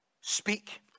speak